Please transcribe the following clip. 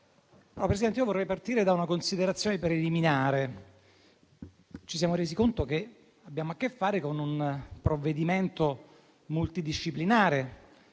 Presidente, vorrei partire da una considerazione preliminare. Ci siamo resi conto che abbiamo a che fare con un provvedimento multidisciplinare,